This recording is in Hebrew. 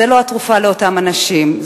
זאת לא התרופה לאותם אנשים,